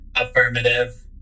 Affirmative